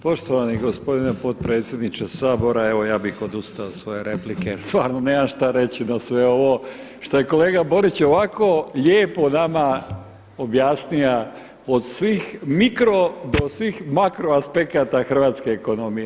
Poštovani gospodine potpredsjedniče Sabora evo ja bih odustao od svoje replike jer stvarno nemam šta reći na sve ovo što je kolega Borić ovako lijepo nama objasnio od svih mikro do svih makro aspekata hrvatske ekonomije.